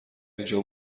اینجا